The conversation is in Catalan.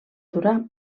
durar